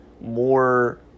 more